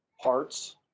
parts